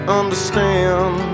understand